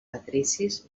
patricis